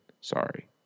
Sorry